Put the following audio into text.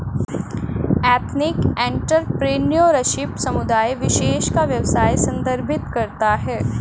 ethnic entrepreneurship समुदाय विशेष का व्यवसाय संदर्भित करता है